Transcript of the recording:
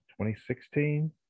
2016